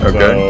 Okay